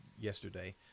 yesterday